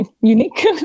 unique